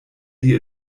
die